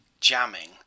jamming